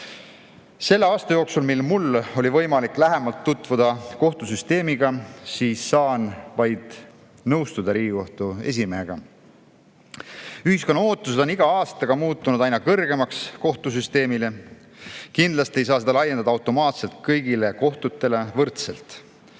Selle aasta jooksul, mil mul oli võimalik lähemalt tutvuda kohtusüsteemiga, sain vaid nõustuda Riigikohtu esimehega. Ühiskonna ootused kohtusüsteemile on iga aastaga muutunud aina kõrgemaks. Aga kindlasti ei saa seda laiendada automaatselt kõigile kohtutele võrdselt.